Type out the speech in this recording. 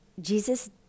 Jesus